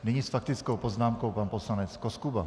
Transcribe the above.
Nyní s faktickou poznámkou pan poslanec Koskuba.